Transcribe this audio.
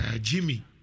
Jimmy